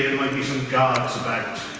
might be some guards about